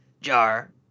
jar